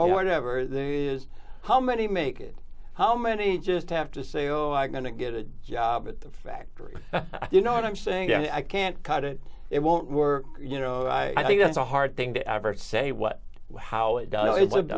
never there is how many make it how many just have to say oh i'm going to get a job at the factory you know what i'm saying i can't cut it it won't work you know i think that's a hard thing to ever say what how it does it